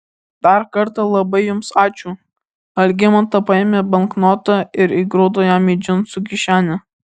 dar kartą labai jums ačiū algimanta paėmė banknotą ir įgrūdo jam į džinsų kišenę